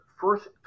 first